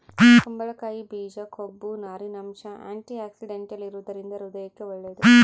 ಕುಂಬಳಕಾಯಿ ಬೀಜ ಕೊಬ್ಬು, ನಾರಿನಂಶ, ಆಂಟಿಆಕ್ಸಿಡೆಂಟಲ್ ಇರುವದರಿಂದ ಹೃದಯಕ್ಕೆ ಒಳ್ಳೇದು